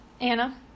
Anna